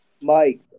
Mike